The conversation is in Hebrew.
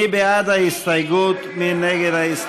של חברי הכנסת יואל חסון,